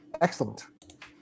Excellent